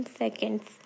seconds